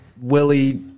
Willie